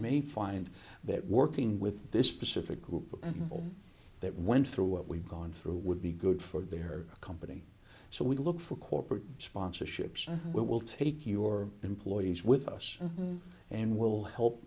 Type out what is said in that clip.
may find that working with this specific group and all that went through what we've gone through would be good for their company so we look for corporate sponsorships and we will take your employees with us and we'll help